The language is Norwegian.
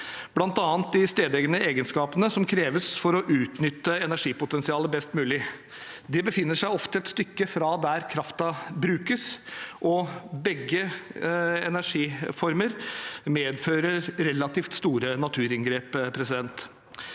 bl.a. de stedegne egenskapene som kreves for å utnytte energipotensialet best mulig. De befinner seg ofte et stykke fra der kraften brukes, og begge energiformer medfører relativt store naturinngrep. I Norge